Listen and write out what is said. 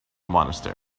monastery